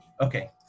okay